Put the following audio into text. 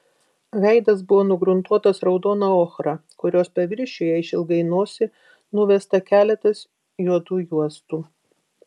veidas buvo nugruntuotas raudona ochra kurios paviršiuje išilgai nosį nuvesta keletas juodų juostų